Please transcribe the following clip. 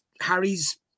Harry's